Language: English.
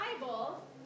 Bible